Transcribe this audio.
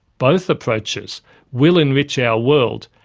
both approaches will enrich our world,